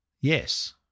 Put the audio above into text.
yes